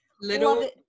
Little